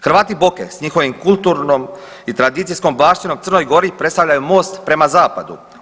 Hrvati Boke s njihovim kulturnom i tradicijskom baštinom u Crnoj Gori predstavljaju most prema zapadu.